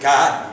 God